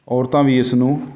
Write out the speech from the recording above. ਔਰਤਾਂ ਵੀ ਇਸ ਨੂੰ